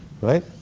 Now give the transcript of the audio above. right